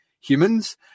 humans